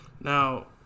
Now